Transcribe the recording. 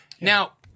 Now